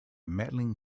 medaling